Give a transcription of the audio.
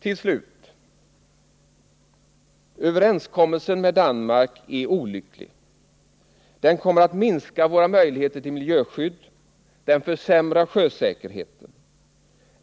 Fru talman! Överenskommelsen med Danmark är olycklig. Den kommer att minska våra möjligheter till miljöskydd, och den kommer att försämra sjösäkerheten.